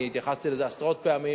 אני התייחסתי לזה עשרות פעמים